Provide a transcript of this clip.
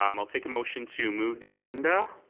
um i'll take a motion to move the agenda.